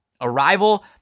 Arrival